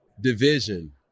division